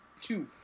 Two